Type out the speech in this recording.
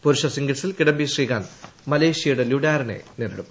പുരുഷ സിംഗിൾസിൽ കിഡംബി ശ്രീകാന്ത് മലേഷ്യയുടെ ല്യൂഡാരനെ നേരിടും